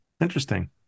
interesting